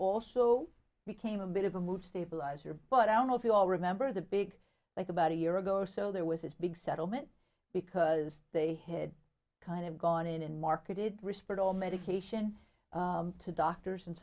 also became a bit of a mood stabilizer but i don't know if you all remember the big like about a year ago or so there was this big settlement because they had kind of gone in and marketed risperdal medication to doctors and